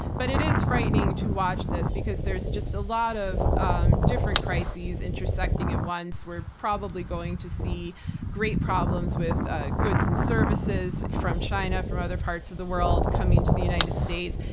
but it is frightening to watch this because there's just a lot of um different crises intersecting at once. we're probably going to see great problems with ah goods and services from china, from other parts of the world coming to the united states.